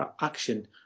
action